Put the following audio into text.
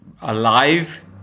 alive